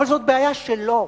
אבל זאת בעיה שלו.